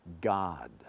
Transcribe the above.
God